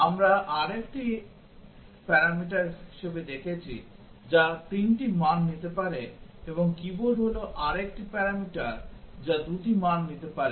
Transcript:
আমরা আরেকটি প্যারামিটার হিসেবে দেখেছি যা 3 টি মান নিতে পারে এবং কীবোর্ড হল আরেকটি প্যারামিটার যা 2 টি মান নিতে পারে